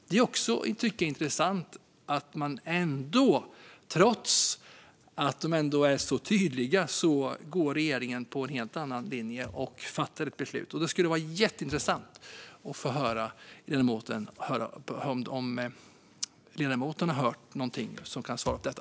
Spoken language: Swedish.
Det är intressant att regeringen går på en helt annan linje och fattar ett annat beslut, trots att de är så tydliga. Det skulle vara jätteintressant att få höra ledamoten säga någonting om detta.